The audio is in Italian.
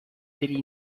degli